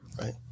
Right